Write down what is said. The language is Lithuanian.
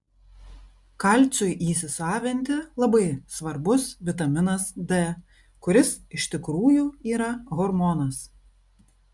kalciui įsisavinti labai svarbus vitaminas d kuris iš tikrųjų yra hormonas